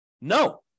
No